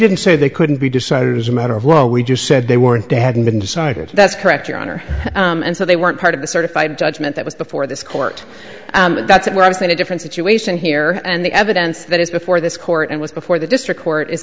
didn't say they couldn't be decided as a matter of law we just said they weren't they hadn't been decided that's correct your honor and so they weren't part of the certified judgment that was before this court that's where i was in a different situation here and the evidence that is before this court and was before the district court is